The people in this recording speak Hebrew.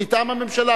מטעם הממשלה,